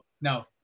no